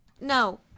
No